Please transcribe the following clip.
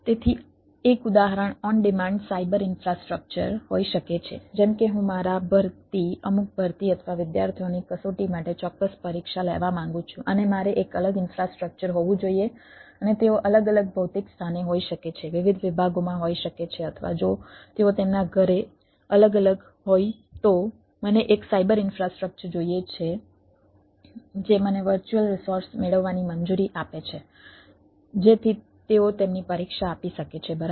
તેથી એક ઉદાહરણ ઓન ડિમાન્ડ સાયબર ઇન્ફ્રાસ્ટ્રક્ચર હોઈ શકે છે જેમ કે હું મારા ભરતી અમુક ભરતી અથવા વિદ્યાર્થીઓની કસોટી માટે ચોક્કસ પરીક્ષા લેવા માંગુ છું અને મારે એક અલગ ઈન્ફ્રાસ્ટ્રક્ચર હોવું જોઈએ અને તેઓ અલગ અલગ ભૌતિક સ્થાને હોઈ શકે છે વિવિધ વિભાગોમાં હોઈ શકે છે અથવા જો તેઓ તેમના ઘરે અલગ અલગ હોય તો મને એક સાયબર ઈન્ફ્રાસ્ટ્રક્ચર જોઈએ છે જે મને વર્ચ્યુઅલ રિસોર્સ મેળવવાની મંજૂરી આપે છે જેથી તેઓ તેમની પરીક્ષા આપી શકે છે બરાબર